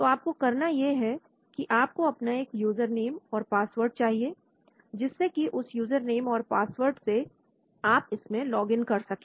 तो आपको करना यह है कि आपको अपना एक यूजर नेम और पासवर्ड चाहिए जिससे कि उस यूजरनेम और पासवर्ड से आप इसमें लोगिन कर सके